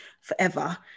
forever